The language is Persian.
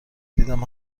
دیدم